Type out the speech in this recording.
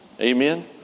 Amen